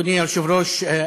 אדוני היושב-ראש,